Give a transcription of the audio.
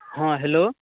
हँ हैलो